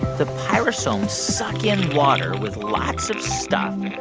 the pyrosomes suck in water with lots of stuff.